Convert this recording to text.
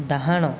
ଡାହାଣ